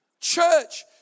church